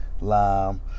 lime